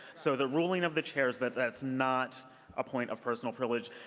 so the ruling of the chair is that that's not a point of personal privilege.